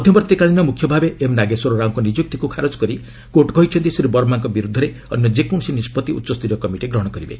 ମଧ୍ୟବର୍ତ୍ତୀକାଳୀନ ମୁଖ୍ୟ ଭାବେ ଏମ୍ ନାଗେଶ୍ୱର ରାଓଙ୍କ ନିଯୁକ୍ତିକୁ ଖାରଜ କରି କୋର୍ଟ କହିଛନ୍ତି ଶ୍ରୀ ବର୍ମାଙ୍କ ବିରୁଦ୍ଧରେ ଅନ୍ୟ ଯେକୌଣସି ନିଷ୍ପଭି ଉଚ୍ଚସ୍ତରୀୟ କମିଟି ନେବେ